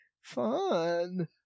fun